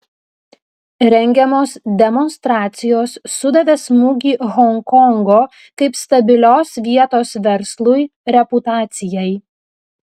rengiamos demonstracijos sudavė smūgį honkongo kaip stabilios vietos verslui reputacijai